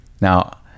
now